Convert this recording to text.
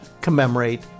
commemorate